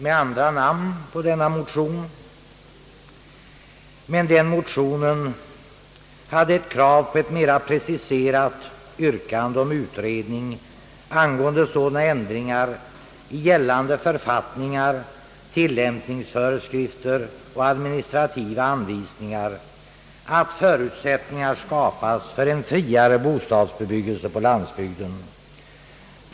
Denna motion hade ett mera preciserat yrkande om utredning angående sådana ändringar i gällande författningar, tillämpningsföreskrifter och administrativa anvisningar att förutsättningar skapas för en friare bostadsbebyggelse på landsbygden.